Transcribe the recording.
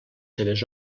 seves